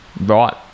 right